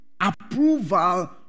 approval